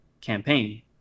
campaign